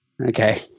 Okay